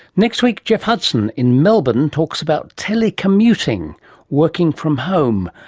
next week, geoff hudson in melbourne talks about telecommuting working from home.